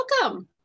Welcome